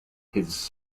his